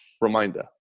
reminder